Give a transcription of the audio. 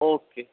okay